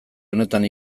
honetan